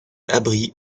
abris